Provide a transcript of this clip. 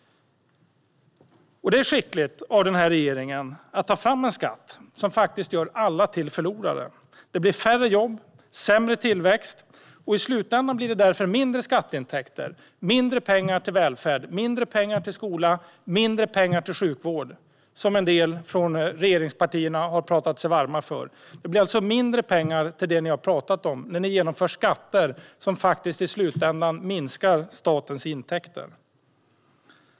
Det är skickligt av regeringen att ta fram en skatt som gör alla till förlorare. Det blir färre jobb och sämre tillväxt. I slutändan blir det därför lägre skatteintäkter, mindre pengar till välfärd, mindre pengar till skola och mindre pengar till den sjukvård som en del från regeringspartierna har talat sig varma för. Det blir alltså mindre pengar till det man har pratat om när skatter som i slutändan minskar statens intäkter genomförs.